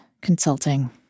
consulting